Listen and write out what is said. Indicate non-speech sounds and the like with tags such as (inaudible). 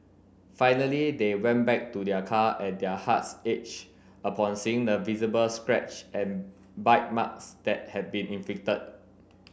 finally they went back to their car and their hearts (unintelligible) upon seeing the visible scratch and bite marks that had been inflicted